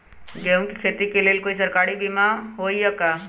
गेंहू के खेती के लेल कोइ सरकारी बीमा होईअ का?